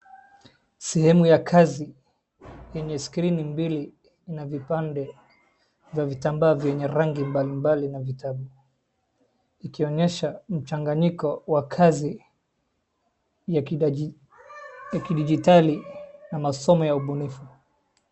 Sehemu ya kazi yenye skrini mbili na vipande vya vitambaa vyenye rangi mbalimbali na vitabu. Ikionyesha mchanganyiko wa kazi ya kidijitali na masomo ya ubunifu.